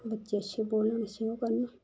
बच्चे अच्छे बोलन अच्छे गै करन